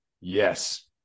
yes